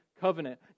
covenant